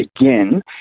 again